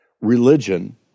religion